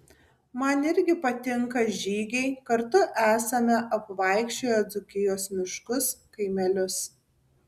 man irgi patinka žygiai kartu esame apvaikščioję dzūkijos miškus kaimelius